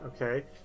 Okay